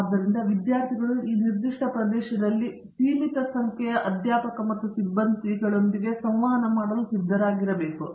ಆದ್ದರಿಂದ ವಿದ್ಯಾರ್ಥಿಗಳು ಈ ನಿರ್ದಿಷ್ಟ ಪ್ರದೇಶದಲ್ಲಿ ಸೀಮಿತ ಸಂಖ್ಯೆಯ ಅಧ್ಯಾಪಕ ಮತ್ತು ಸಿಬ್ಬಂದಿಗಳೊಂದಿಗೆ ಸಂವಹನ ಮಾಡಲು ಸಿದ್ಧರಾಗಿರಬೇಕು